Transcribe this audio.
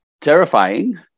Terrifying